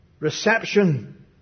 Reception